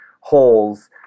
holes